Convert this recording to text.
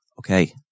Okay